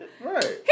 Right